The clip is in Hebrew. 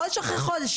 חודש אחרי חודש,